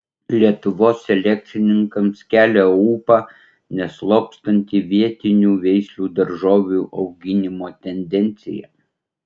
lietuvos selekcininkams kelia ūpą neslopstanti vietinių veislių daržovių auginimo tendencija